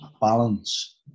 balance